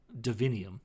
Divinium